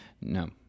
no